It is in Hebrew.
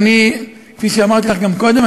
כפי שאמרתי לך גם קודם,